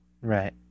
right